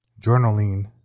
journaling